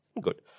good